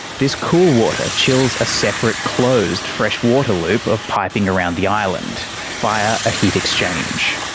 this cool water chills a separate, closed freshwater loop of piping around the island via a heat exchange.